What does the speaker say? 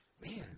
man